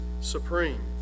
supreme